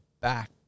back